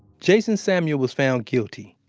jason samuel was found guilty.